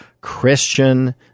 Christian